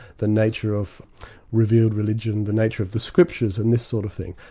the nature of revealed religion, the nature of the scriptures, and this sort of thing.